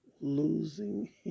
losing